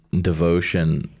Devotion